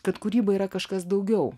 kad kūryba yra kažkas daugiau